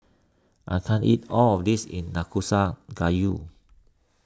I can't eat all of this in Gayu